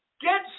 Get